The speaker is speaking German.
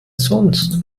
sonst